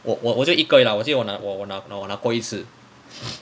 我我我就一个而已 lah 我只有我拿我拿我拿过一次